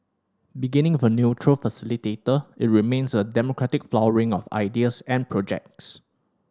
beginning a neutral facilitator it remains a democratic flowering of ideas and projects